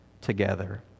together